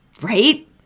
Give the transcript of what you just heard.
Right